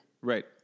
Right